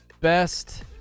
Best